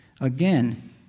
Again